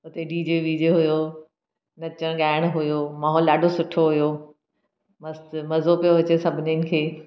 हुते D J वी जे हुयो नचणु गाइणु हुयो माहौल ॾाढो सुठो हुयो मस्तु मज़ो पियो अचे सभिनीनि खे